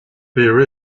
there